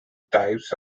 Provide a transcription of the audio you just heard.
types